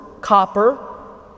copper